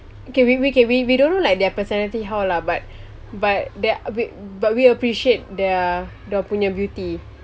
okay we we okay we we don't know like their personality how lah but but there we but we appreciate their dia orang punya beauty